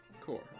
core